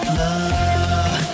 love